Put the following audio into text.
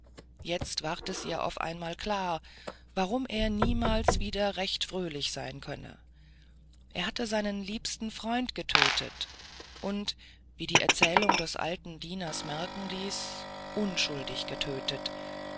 jetzt ward es ihr auf einmal klar warum er niemals wieder recht fröhlich sein könne er hatte seinen liebsten freund getötet und wie die erzählung des alten dieners merken ließ unschuldig getötet